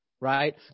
right